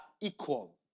equal